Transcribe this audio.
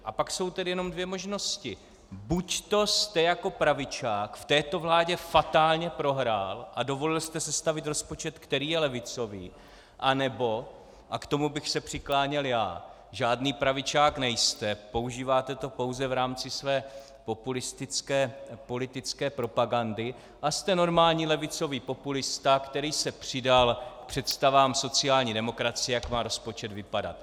A pak jsou tedy jenom dvě možnosti: buďto jste jako pravičák v této vládě fatálně prohrál a dovolil jste sestavit rozpočet, který je levicový, anebo, a k tomu bych se přikláněl já, žádný pravičák nejste, používáte to pouze v rámci své populistické politické propagandy a jste normální levicový populista, který se přidal k představám sociální demokracie, jak má rozpočet vypadat.